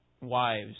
wives